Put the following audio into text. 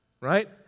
right